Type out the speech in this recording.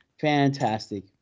Fantastic